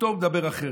זכותו לדבר אחרת.